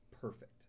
perfect